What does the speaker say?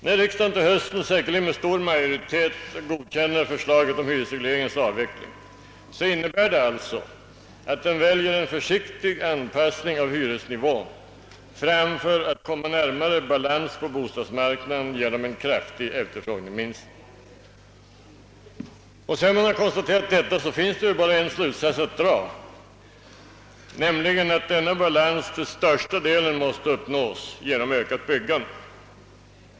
När riksdagen i höst säkerligen med stor majoritet godkänner förslaget om hyresregleringens avveckling innebär det att den väljer en försiktig anpassning av hyresnivån framför att komma närmare balans på bostadsmarknaden genom en kraftig efterfrågeminskning. Sedan man konstaterat detta finns det bara en slutsats att dra, nämligen att denna balans till största delen måste uppnås genom ökat byggande.